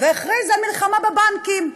והכריז על מלחמה בבנקים.